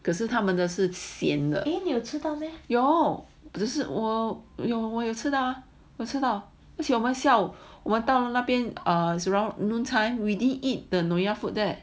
可是他们的是咸的有我有吃到而且我到我到那边 around noon time within we didn't eat the nyonya food there